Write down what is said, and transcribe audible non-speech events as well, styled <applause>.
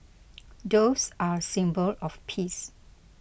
<noise> doves are a symbol of peace